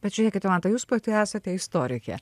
bet žiūrėkit jolanta jūs pati esate istorikė